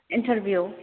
interview